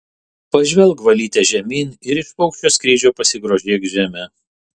pažvelk valyte žemyn ir iš paukščio skrydžio pasigrožėk žeme